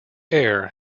air